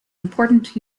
important